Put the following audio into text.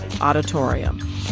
Auditorium